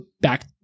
back